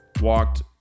walked